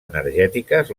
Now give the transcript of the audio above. energètiques